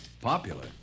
Popular